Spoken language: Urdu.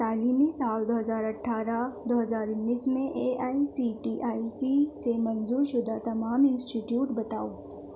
تعلیمی سال دو ہزار اٹھارہ دو ہزار انیس میں A N C T I C سے منظور شدہ تمام انسٹیٹیوٹ بتاؤ